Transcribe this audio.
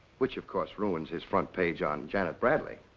which, of course, ruins his front page on janet bradley.